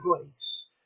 place